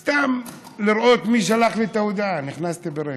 סתם, לראות מי שלח לי את ההודעה, נכנסתי ברכב.